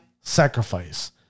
sacrifice